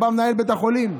בא מנהל בית החולים.